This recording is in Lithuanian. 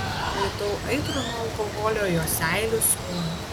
pajutau aitrų nuo alkoholio jo seilių skonį